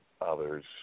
others